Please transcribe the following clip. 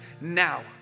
now